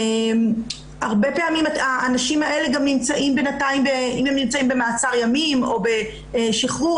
הרבה פעמים האנשים האלה נמצאים במעצר ימים או שחרור.